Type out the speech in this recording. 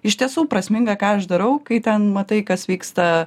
iš tiesų prasminga ką aš darau kai ten matai kas vyksta